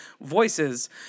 voices